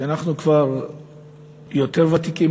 כשאנחנו כבר יותר ותיקים,